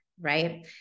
right